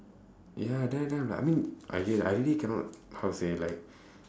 ya then then I'm like I mean I rea~ I really cannot how to say like